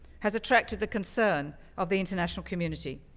has attracted the concern of the international community.